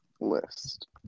list